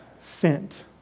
sent